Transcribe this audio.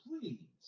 please